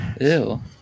Ew